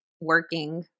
working